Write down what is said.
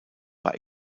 war